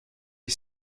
est